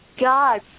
god